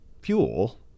fuel